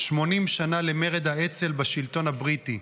80 שנה למרד האצ"ל בשלטון הבריטי,